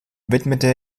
widmete